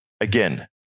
again